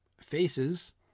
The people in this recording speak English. faces